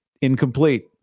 Incomplete